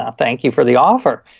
um thank you for the offer.